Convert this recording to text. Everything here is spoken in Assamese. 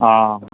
অঁ